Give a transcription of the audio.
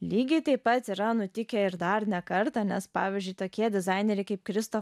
lygiai taip pat yra nutikę ir dar ne kartą nes pavyzdžiui tokie dizaineriai kaip kristo